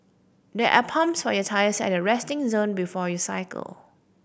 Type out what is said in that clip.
there are pumps for your tyres at the resting zone before you cycle